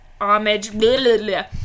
homage